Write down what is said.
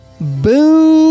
Boom